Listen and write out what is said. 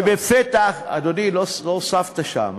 אדוני, לא הוספת שם.